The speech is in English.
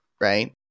right